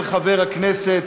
של חברי הכנסת,